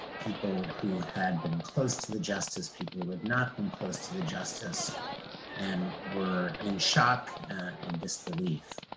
people who had been close to the justice, people who had not been close to the justice and were in shock and disbelief.